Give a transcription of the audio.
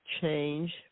change